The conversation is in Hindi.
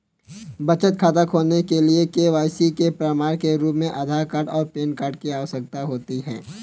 बचत खाता खोलने के लिए के.वाई.सी के प्रमाण के रूप में आधार और पैन कार्ड की आवश्यकता होती है